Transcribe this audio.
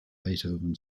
beethoven